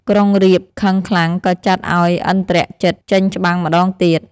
ក្រុងរាពណ៍ខឹងខ្លាំងក៏ចាត់ឱ្យឥន្ទ្រជិត ចេញច្បាំងម្តងទៀត។